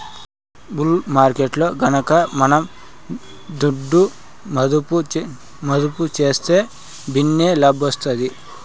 bull మార్కెట్టులో గనక మనం దుడ్డు మదుపు సేస్తే భిన్నే లాబ్మొస్తాది